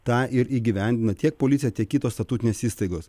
tą ir įgyvendina tiek policija tiek kitos statutinės įstaigos